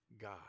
God